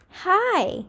Hi